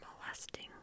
molesting